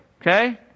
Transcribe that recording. okay